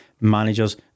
Managers